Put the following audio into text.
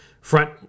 front